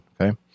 Okay